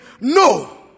No